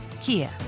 Kia